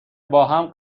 باهم